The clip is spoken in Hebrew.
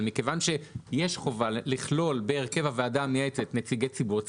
מכיוון שיש חובה לכלול בהרכב הוועדה המייעצת נציגי ציבור,